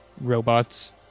robots